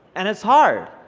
and it's hard.